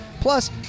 Plus